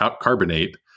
carbonate